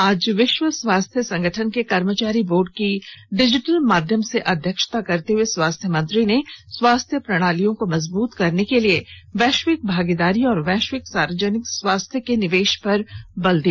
आज विश्व स्वास्थ्य संगठन के कार्यकारी बोर्ड की डिजिटल माध्यम से अध्यक्षता करते हुए स्वास्थ्य मंत्री ने स्वास्थ्य प्रणालियों को मजबूत करने के लिए वैश्विक भागीदारी और वैश्विक सार्वजनिक स्वास्थ्य में निवेश पर बल दिया